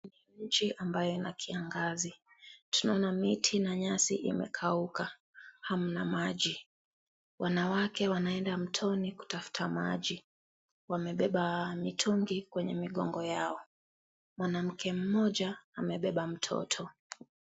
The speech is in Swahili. Nchi ambayo ina kiangazi. Tunaona miti na nyasi imekauka. Hamna maji. Wanawake wanaenda mtoni kutafuta maji. Wamebeba mitungi kwenye migongo yao. Mwanamke mmoja amebeba mtoto.